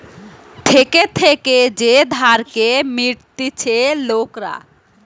থেকে থেকে যে ধারকে মিটতিছে লোকরা